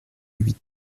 huit